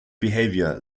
behavior